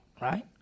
right